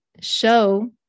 show